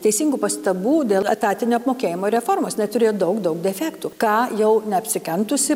teisingų pastabų dėl etatinio apmokėjimo reformos jinai turėjo daug daug defektų ką jau neapsikentusi